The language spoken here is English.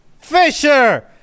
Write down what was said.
Fisher